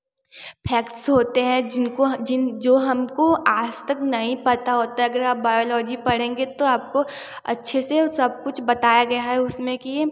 facts होते है जिनको जो हमको आज तक नहीं पता होता अगर आप बायोलॉजी पढ़ेंगे तो आपको आपको अच्छे से सब कुछ बताया गया है उसमे कि